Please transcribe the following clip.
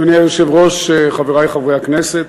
אדוני היושב-ראש, חברי חברי הכנסת,